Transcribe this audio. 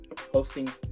hosting